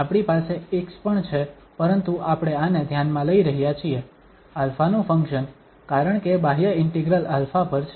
આપણી પાસે x પણ છે પરંતુ આપણે આને ધ્યાનમાં લઈ રહ્યા છીએ α નુ ફંક્શન કારણ કે બાહ્ય ઇન્ટિગ્રલ α પર છે